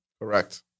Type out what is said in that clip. Correct